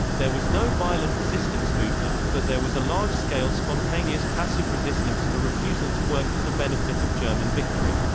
there was no violent resistance movement, but there was a large-scale spontaneous passive resistance of a refusal to work for the benefit of german victory.